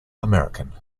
american